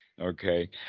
Okay